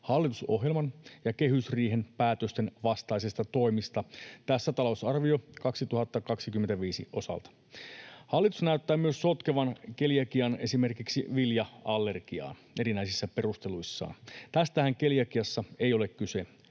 hallitusohjelman ja kehysriihen päätösten vastaisista toimista tässä talousarvion 2025 osalta. Hallitus näyttää myös sotkevan keliakian esimerkiksi vilja-allergiaan erinäisissä perusteluissaan. Tästähän keliakiassa ei ole kyse.